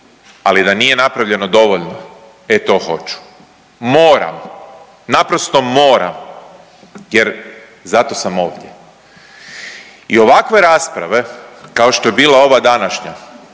ali da nije napravljeno dovoljno e to hoću, moram. Naprosto moram jer zato sam ovdje. I ovakve rasprave kao što je bila ova današnja